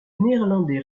néerlandais